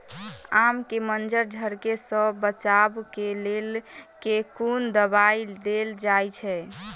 आम केँ मंजर झरके सऽ बचाब केँ लेल केँ कुन दवाई देल जाएँ छैय?